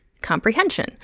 comprehension